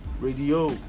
radio